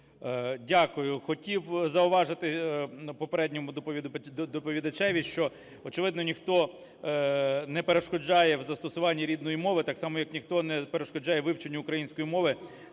Дякую. Хотів зауважити попередньому доповідачеві, що, очевидно, ніхто не перешкоджає в застосуванні рідної мови, так само як ніхто не перешкоджає вивченню української мови